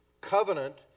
covenant